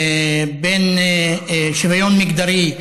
שוויון מגדרי,